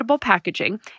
Packaging